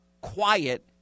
quiet